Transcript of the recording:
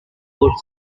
board